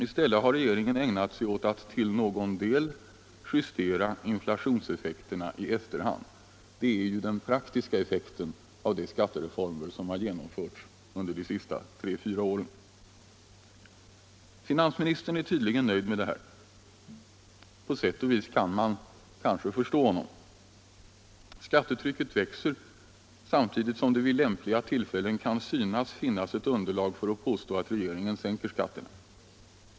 I stället har regeringen ägnat sig åt att till någon del justera inflationseffekterna i efterhand. Det är den praktiska effekten av de skattereformer som har genomförts under de senaste tre fyra åren. Finansministern är tydligen nöjd med detta. På sätt och vis kan man kanske förstå honom. Skattetrycket växer samtidigt som det vid lämpliga tillfällen kan synas finnas ett underlag för att påstå att regeringen sänker skatterna.